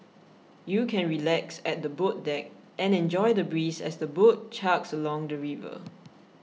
you can relax at the boat deck and enjoy the breeze as the boat chugs along the river